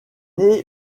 naît